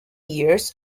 years